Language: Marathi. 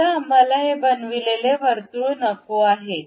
आता आम्हाला हे बनविलेले वर्तुळ नको आहे